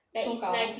多高